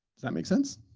that makes sense?